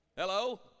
Hello